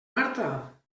marta